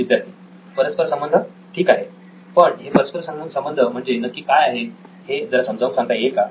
विद्यार्थी परस्परसंबंध ठीक आहे पण हे परस्परसंबंध म्हणजे नक्की काय आहे हे जरा समजावून सांगता येईल का